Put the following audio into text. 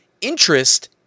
interest